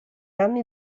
anni